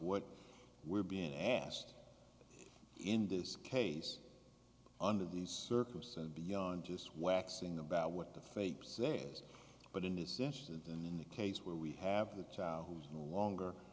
what we're being asked in this case under these circumstances beyond just waxing about what the faith says but in this instance and in the case where we have the child who's no longer